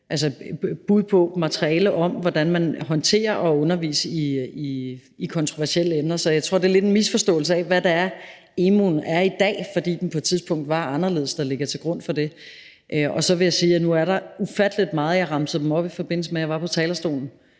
et bud på materiale om, hvordan man håndterer at undervise i kontroversielle emner. Så jeg tror, det lidt er en misforståelse af, hvad det er, emu.dk er i dag, fordi den på et tidspunkt var anderledes, der ligger til grund for det. Så jeg vil nu sige, at der er ufattelig meget undervisningsmateriale om Muhammedkrisen – jeg remsede dem op i forbindelse med, at jeg var på talerstolen